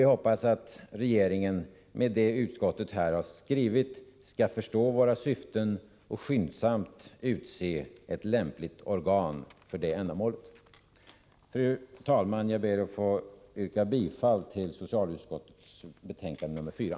Vi hoppas att regeringen genom vad utskottet skrivit skall förstå våra syften och skyndsamt utse ett lämpligt organ. Fru talman! Jag yrkar bifall till socialutskottets hemställan i betänkande nr 4.